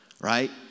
right